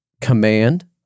command